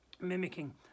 mimicking